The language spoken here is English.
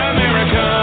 America